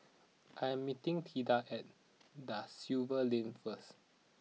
I am meeting Tilda at Da Silva Lane first